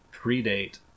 predate